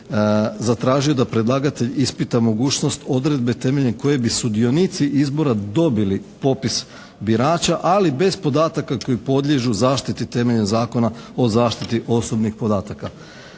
zatražio da predlagatelj ispita mogućnost odredbe temeljem koje bi sudionici izbora dobili popis birača ali bez podataka koji podliježu zaštiti temeljem Zakona o zaštiti osobnih podataka.